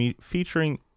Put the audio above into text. featuring